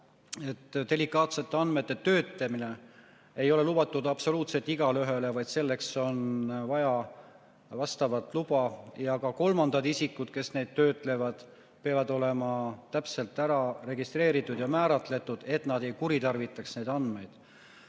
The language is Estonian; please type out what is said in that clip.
et delikaatsete andmete töötlemine ei ole lubatud absoluutselt igaühele, vaid selleks on vaja vastavat luba. Ja ka kolmandad isikud, kes neid töötlevad, peavad olema täpselt ära registreeritud ja määratletud, et nad ei kuritarvitaks neid andmeid. Praegu